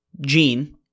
Gene